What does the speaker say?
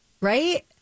right